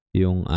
yung